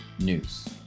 news